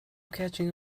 catching